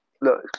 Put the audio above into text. look